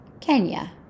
Kenya